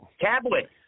Tablet